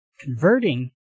converting